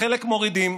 חלק מורידים,